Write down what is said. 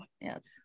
Yes